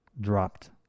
dropped